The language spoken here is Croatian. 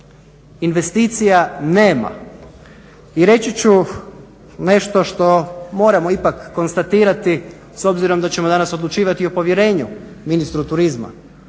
investicija nema. I reći ću nešto što moramo ipak konstatirati s obzirom da ćemo danas odlučivati o povjerenju ministru turizma.